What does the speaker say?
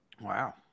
Wow